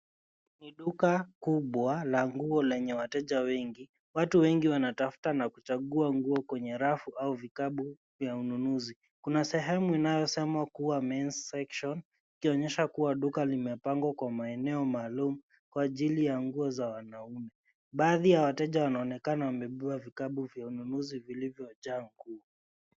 Ni duka kubwa la nguo lenye wateja wengi, watu wengi wanatafuta na kuchagua nguo kwenye rafu au vikapu vya ununuzi. Kuna sehemu inayosema kuwa Men Section ikionyesha kuwa duka limepangwa kwa maeneo maalum kwa ajili za nguo za wanaume. Baadhi ya wateja wanaonekana wamebeba vikapu vya ununuzi viliyvojaa nguo.